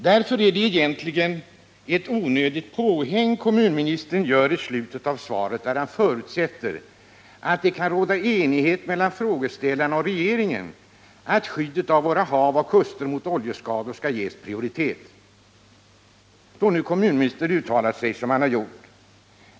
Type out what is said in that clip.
Det är egentligen ett onödigt påhäng som kommunministern gör i slutet av svaret, där han förutsätter att det kan råda enighet mellan frågeställarna och regeringen om att skyddet av våra hav och kuster mot oljeskador skall ges prioritet, då nu kommunministern uttalar sig som han har gjort.